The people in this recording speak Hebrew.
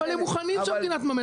אבל הם מוכנים שהמדינה תממן,